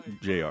JR